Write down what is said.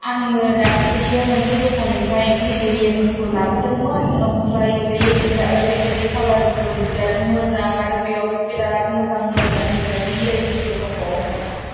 आङो दाखालियो मोनसे दखाननिफ्राइ नैबे इयाररिंग्सखौ लाबोदोंमोन ओमफ्रायो बे इयाररिंग्सा एरैबाइदि कालारफुर बिराद मोजां आरो बेयाव बिराद मोजां मोजां डिजाइननि इयाररिंग्सफोर दंबावोमोन